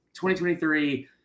2023